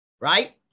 right